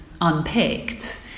unpicked